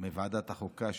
מוועדת החוקה,